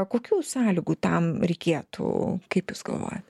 kokių sąlygų tam reikėtų kaip jūs galvojat